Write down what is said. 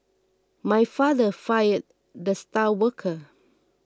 my father fired the star worker